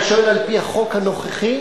אתה שואל על-פי החוק הנוכחי?